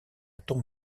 tombe